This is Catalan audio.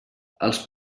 els